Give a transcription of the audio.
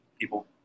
people